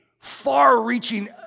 far-reaching